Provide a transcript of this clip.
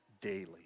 daily